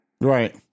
Right